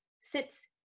sits